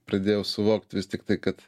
pradėjau suvokt vis tiktai kad